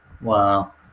Wow